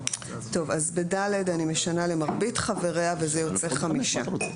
ב-(ד) אני משנה ל"מרבית חבריה" וזה יוצא חמישה.